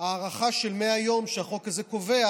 ההארכה של 100 יום שהחוק הזה קובע,